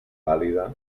vàlida